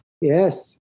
Yes